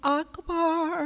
akbar